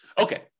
Okay